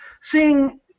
seeing